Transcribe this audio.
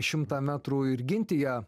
šimtą metrų ir ginti ją